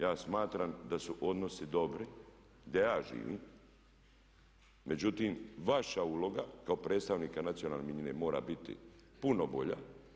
Ja smatram da su odnosi dobri gdje ja živim, međutim vaša uloga kao predstavnika nacionalne manjine mora biti puno bolja.